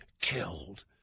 killed